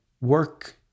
work